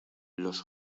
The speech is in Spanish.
los